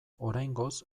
oraingoz